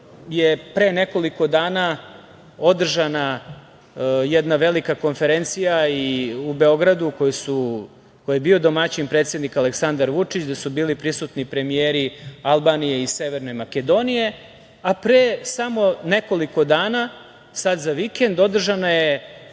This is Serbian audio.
je pre nekoliko dana održana jedna velika konferencija u Beogradu, koji je bio domaćin predsednik Aleksandar Vučić, da su bili prisutni premijeri Albanije i Severne Makedonije, a pre samo nekoliko dana, sad za vikend, održana je